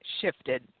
shifted